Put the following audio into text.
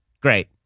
Great